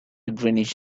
greenish